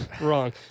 Wrong